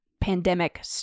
pandemic